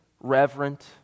reverent